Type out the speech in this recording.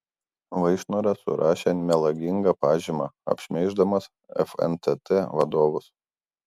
vaišnoras surašė melagingą pažymą apšmeiždamas fntt vadovus